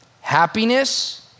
Happiness